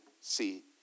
see